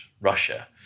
Russia